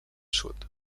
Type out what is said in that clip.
sud